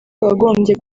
wagombye